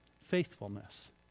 Faithfulness